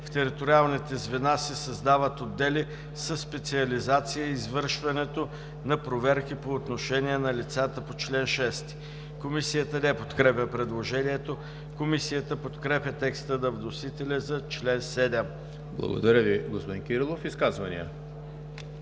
„В териториалните звена се създават отдели със специализация извършването на проверки по отношение на лицата по чл. 6.“ Комисията не подкрепя предложението. Комисията подкрепя текста на вносителя за чл. 7. ПРЕДСЕДАТЕЛ ЕМИЛ ХРИСТОВ: Изказвания?